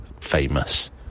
famous